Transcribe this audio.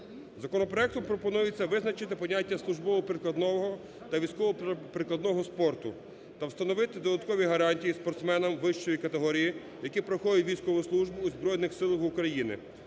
Законопроектом пропонується визначити поняття службово-прикладного та військово-прикладного спорту та встановити додаткові гарантії спортсменам вищої категорії, які проходять військову службу у Збройних Силах України,